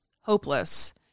hopeless